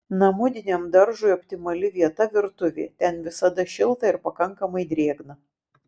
namudiniam daržui optimali vieta virtuvė ten visada šilta ir pakankamai drėgna